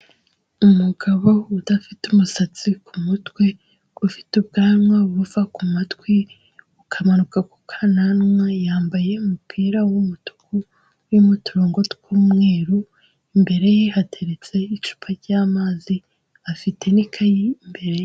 Umugabo udafite umusatsi ku mutwe ufite ubwanwa buva ku matwi bukamanuka kukananwa, yambaye umupira w'umutuku urimo uturongo tw'umweru, imbere ye hateretse icupa ry'amazi afite n'ikayi imbere.